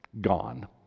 gone